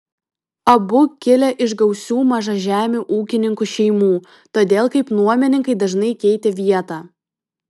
abu kilę iš gausių mažažemių ūkininkų šeimų todėl kaip nuomininkai dažnai keitė vietą